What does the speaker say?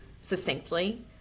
succinctly